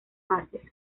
fases